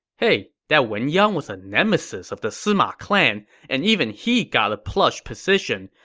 hey, that wen yang was a nemesis of the sima clan, and even he got a plush position,